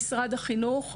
החינוך.